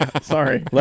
Sorry